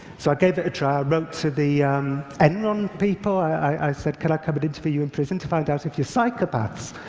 so i gave it a try. i wrote to the enron people. i i said, could i come and interview you in prison, to find out it you're psychopaths?